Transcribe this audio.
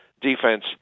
defense